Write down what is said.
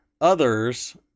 others